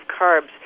carbs